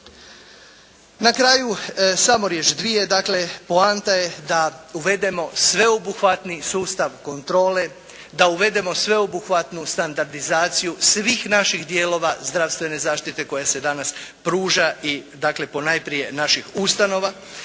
Na kraju samo riječ-dvije. Dakle poanta je da uvedemo sveobuhvatni sustav kontrole, da uvedemo sveobuhvatnu standardizaciju svih naših dijelova zdravstvene zaštite koja se danas pruža i dakle ponajprije naših ustanova,